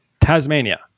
Tasmania